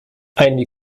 eine